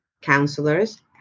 counselors